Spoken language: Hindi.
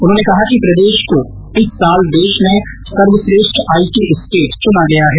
उन्होंने कहा कि इस साल देश में सर्वश्रेष्ठ आईटी स्टेट चुना गया है